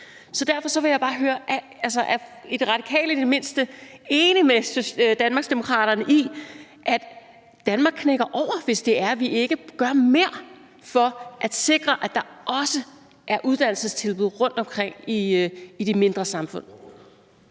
Derfor vil jeg bare høre: Er Radikale i det mindste enig med Danmarksdemokraterne i, at Danmark knækker over, hvis ikke vi gør mere for at sikre, at der også er uddannelsestilbud rundtomkring i de mindre samfund?